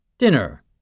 dinner